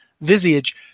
Visage